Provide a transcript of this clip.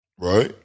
Right